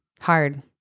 hard